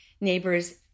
neighbors